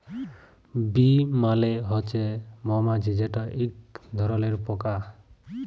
bee মালে হছে মমাছি যেট ইক ধরলের পকা